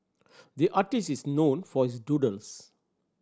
the artist is known for his doodles